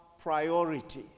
priority